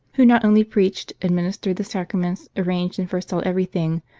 who not only preached, ad ministered the sacraments, arranged and foresaw everything,